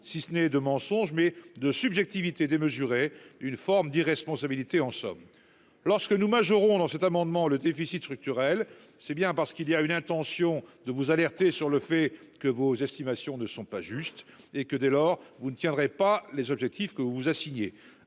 si ce n'est de mensonges, mais de subjectivité démesuré, une forme d'irresponsabilité en somme. Lorsque nous Majoro ont dans cet amendement, le déficit structurel c'est bien parce qu'il y a une intention de vous alerter sur le fait que vos estimations ne sont pas juste et que dès lors, vous ne tiendrait pas les objectifs que vous vous assignez